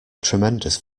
tremendous